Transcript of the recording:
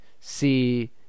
see